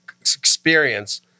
experience